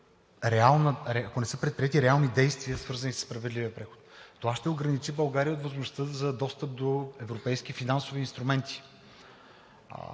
ако не са предприети реални действия, свързани със справедливия преход. Това ще ограничи България от възможността за достъп до европейски финансови инструменти.